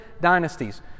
dynasties